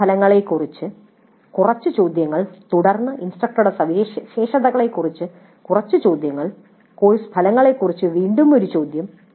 course ഫലങ്ങളെക്കുറിച്ച് കുറച്ച് ചോദ്യങ്ങൾ തുടർന്ന് ഇൻസ്ട്രക്ടറുടെ സവിശേഷതകളെക്കുറിച്ച് കുറച്ച് ചോദ്യങ്ങൾ കോഴ്സ് ഫലങ്ങളെക്കുറിച്ച് വീണ്ടും ഒരു ചോദ്യം